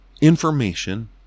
information